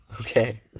Okay